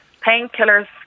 painkillers